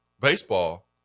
Baseball